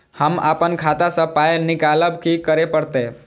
हम आपन खाता स पाय निकालब की करे परतै?